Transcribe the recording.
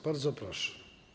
Bardzo proszę.